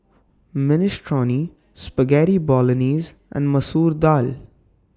Minestrone Spaghetti Bolognese and Masoor Dal